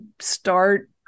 start